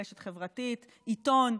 רשת חברתית, עיתון,